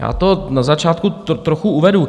Já to na začátku trochu uvedu.